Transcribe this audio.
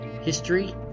History